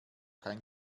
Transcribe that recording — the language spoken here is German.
kein